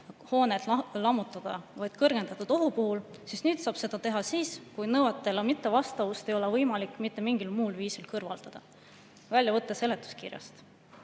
hooneid lammutada vaid kõrgendatud ohu puhul, siis nüüd saab seda teha siis, kui nõuetele mittevastavust ei ole võimalik mitte mingil muul viisil kõrvaldada. Väljavõte seletuskirjast: